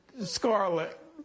Scarlet